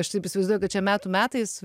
aš taip įsivaizduoju kad čia metų metais